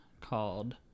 called